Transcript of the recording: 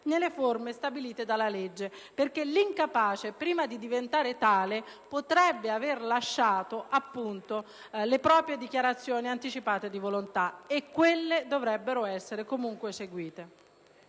nelle forme stabilite dalla legge, perché l'incapace, prima di diventare tale, potrebbe aver lasciato le proprie dichiarazioni anticipate di volontà che dovrebbero essere comunque seguite.